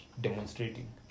Demonstrating